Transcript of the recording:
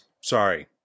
sorry